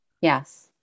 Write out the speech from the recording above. Yes